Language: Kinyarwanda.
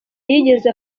yigeze